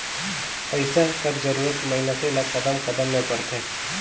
पइसा कर जरूरत मइनसे ल कदम कदम में परथे